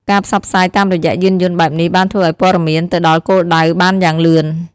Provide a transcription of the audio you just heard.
ការផ្សព្វផ្សាយតាមរយៈយានយន្តបែបនេះបានធ្វើឱ្យព័ត៌មានទៅដល់គោលដៅបានយ៉ាងលឿន។